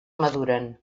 maduren